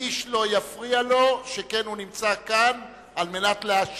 ואיש לא יפריע לו, שכן הוא נמצא כאן על מנת להשיב,